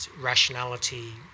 rationality